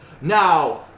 Now